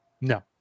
No